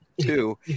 two